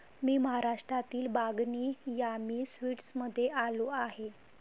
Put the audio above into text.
मी महाराष्ट्रातील बागनी यामी स्वीट्समध्ये आलो आहे